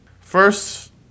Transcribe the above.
First